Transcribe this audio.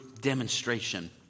demonstration